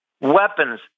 weapons